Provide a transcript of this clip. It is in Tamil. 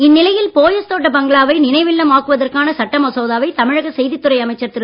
இந்நிலையில் போயஸ் தோட்ட பங்களாவை நினைவில்லம் ஆக்குவதற்கான சட்ட மசோதாவை தமிழக செய்தித் துறை அமைச்சர் திரு